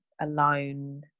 alone